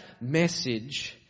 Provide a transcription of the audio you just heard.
message